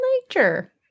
nature